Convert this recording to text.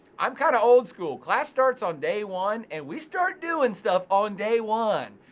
i'm kind of old school. class starts on day one and we start doing stuff on day one.